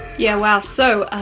yeah well so,